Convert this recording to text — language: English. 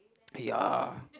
ya